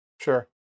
sure